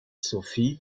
sophie